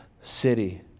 city